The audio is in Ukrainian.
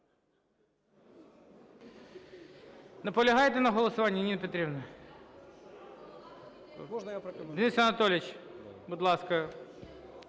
Наполягаєте на голосуванні, Ніно Петрівно? Денис Анатолійович, будь ласка.